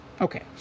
Okay